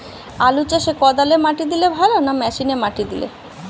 আলু চাষে কদালে মাটি দিলে ভালো না মেশিনে মাটি দিলে?